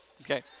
Okay